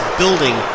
building